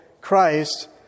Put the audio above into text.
Christ